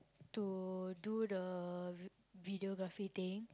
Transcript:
to do the vi~ videography thing